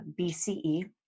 BCE